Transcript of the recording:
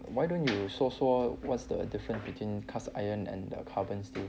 why don't you 说说 what's the different between cast iron and carbon steel